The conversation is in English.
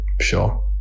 Sure